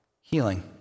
healing